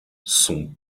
son